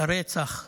את הרצח,